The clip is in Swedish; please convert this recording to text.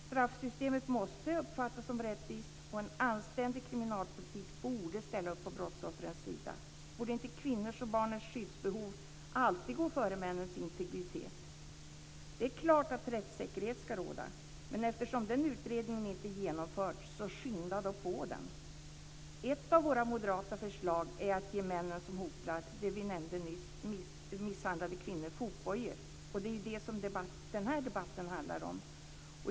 Straffsystemet måste uppfattas som rättvist, och en anständig kriminalpolitik borde ställa upp på brottsoffrens sida. Borde inte kvinnornas och barnens skyddsbehov alltid gå före männens integritet? Det är klart att rättssäkerhet ska råda, men eftersom den utredningen inte genomförts, så skynda då på den! Ett av våra moderata förslag är att ge männen som hotar eller misshandlar kvinnor fotbojor, som vi nämnde nyss. Det är ju det som den här debatten handlar om.